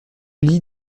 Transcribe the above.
lit